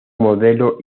modelo